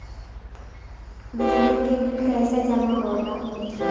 बिजली के बिल कैसे जमा होला?